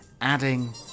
adding